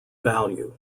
value